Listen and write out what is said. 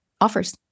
offers